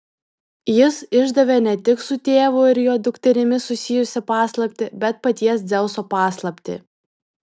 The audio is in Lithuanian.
jis išdavė ne tik su tėvu ir jo dukterimi susijusią paslaptį bet paties dzeuso paslaptį